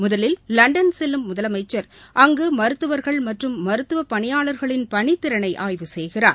முதலில் லண்டன் செல்லும் முதலமைச்சா் அங்கு மருத்துவர்கள் மற்றும் மருத்துவப் பணியாளர்களின் பணித்திறனை ஆய்வு செய்கிறார்